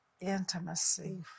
intimacy